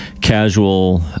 casual